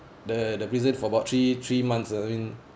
the the prison for about three three months uh I mean